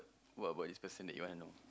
what about this person that you wanna know